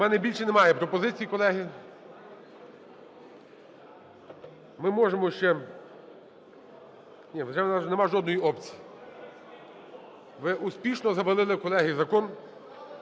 У мене більше немає пропозицій, колеги. Ми можемо ще… Ні, вже у нас немає жодної опції. Ви успішно завалили, колеги, закон.